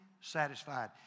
satisfied